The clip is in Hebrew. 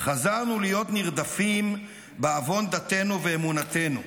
חזרנו להיות נרדפים בעוון דתנו ואמונתנו,